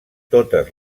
totes